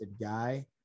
guy